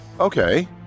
Okay